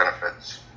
benefits